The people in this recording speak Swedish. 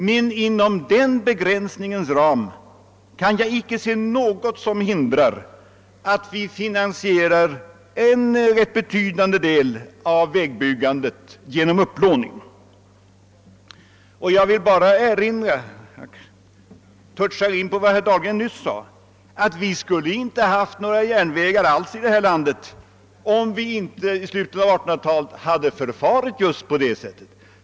Men inom den begränsningens ram kan jag inte se något som hindrar att vi finansierar en rätt betydande del av vägbyggandet genom upplåning. Jag vill bara erinra om — och anknyter då till vad herr Dahlgren nyss sade — att det inte skulle ha funnits några järnvägar alls här i landet, om man i slutet av 1800 talet inte hade förfarit på just det sättet.